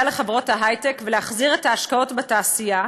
לחברות ההיי-טק ולהחזיר את ההשקעות בתעשייה,